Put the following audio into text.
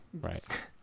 Right